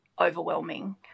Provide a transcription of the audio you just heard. overwhelming